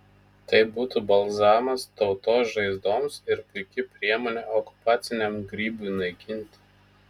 tai būtų balzamas tautos žaizdoms ir puiki priemonė okupaciniam grybui naikinti